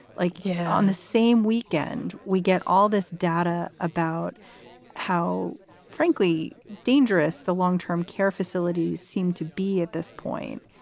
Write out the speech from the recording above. like you. yeah, on the same weekend, we get all this data about how frankly dangerous the long term care facilities seem to be at this point.